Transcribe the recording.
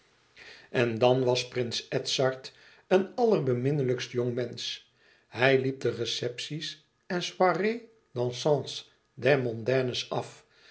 en dan was prins edzard een allerbeminnelijkst jongmensch hij liep de recepties en soirées dansantes der mondaines af